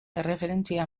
erreferentzia